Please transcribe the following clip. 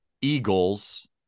Eagles